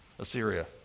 Assyria